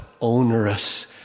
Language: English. onerous